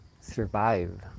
survive